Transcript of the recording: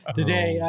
today